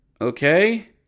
Okay